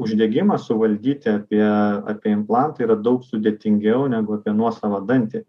uždegimą suvaldyti apie apie implantą yra daug sudėtingiau negu nuosavą dantį